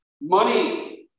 Money